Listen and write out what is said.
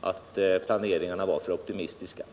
att planeringarna var för optimistiska.